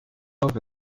over